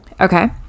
Okay